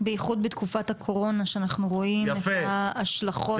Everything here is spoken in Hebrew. בייחוד בתקופת הקורונה שאנחנו רואים מה ההשלכות הקשות.